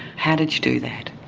how did you do that?